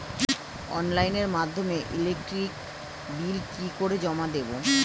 অনলাইনের মাধ্যমে electric bill কি করে জমা দেবো?